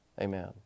Amen